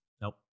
Nope